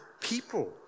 people